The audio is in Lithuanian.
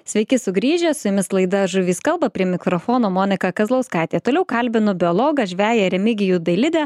sveiki sugrįžę su jumis laida žuvys kalba prie mikrofono monika kazlauskaitė toliau kalbinu biologą žveją remigijų dailidę